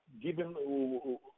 given